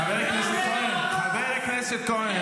חבר הכנסת אלמוג,